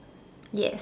yes